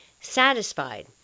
satisfied